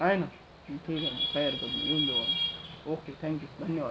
आहे ना ठीक आहे काही हरकत नाही येऊन जाऊ आम्ही ओके थॅंक यू धन्यवाद